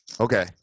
okay